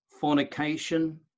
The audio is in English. fornication